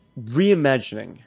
reimagining